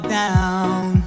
down